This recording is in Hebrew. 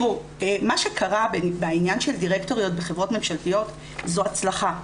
מה שקרה בעניין של דירקטוריות בחברות ממשלתיות זו הצלחה.